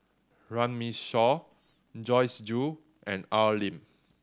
Runme Shaw Joyce Jue and Al Lim